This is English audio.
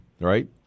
right